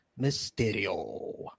Mysterio